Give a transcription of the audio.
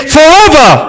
Forever